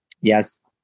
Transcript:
yes